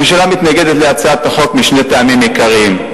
הממשלה מתנגדת להצעת החוק, משני טעמים עיקריים: